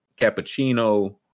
cappuccino